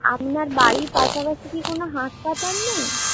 আপনার বাড়ির পাশাপাশি কি কোনো হাসপাতাল নেই